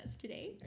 today